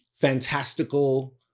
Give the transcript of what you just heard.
fantastical